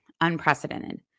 unprecedented